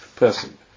person